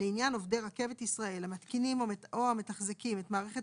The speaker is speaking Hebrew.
לעניין עובדי רכבת ישראל המתקינים או המתחזקים את מערכת